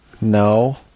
No